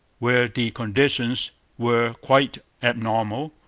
where the conditions were quite abnormal,